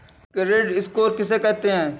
Credit score किसे कहते हैं?